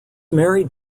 married